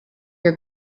are